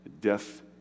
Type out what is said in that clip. Death